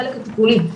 בחלק הטיפולי.